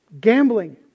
gambling